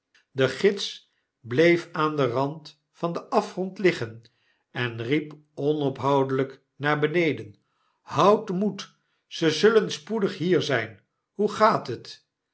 de gids bleef aan den rand van den afgrond liggen en riep onophoudelyk naar beneden houd moed ze zullen spoedig hier zyn hoe gaat het